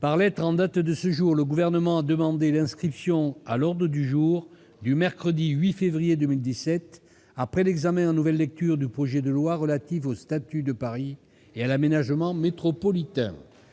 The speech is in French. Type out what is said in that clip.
Par lettre en date de ce jour, le Gouvernement a demandé l'inscription à l'ordre du jour du mercredi 8 février 2017, après l'examen en nouvelle lecture du projet de loi relatif au statut de Paris et à l'aménagement métropolitain,